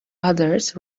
others